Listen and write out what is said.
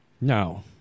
No